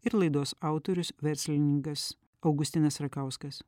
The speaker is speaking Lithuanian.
ir laidos autorius verslininkas augustinas rakauskas